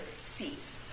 cease